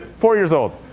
four years old.